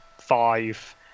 five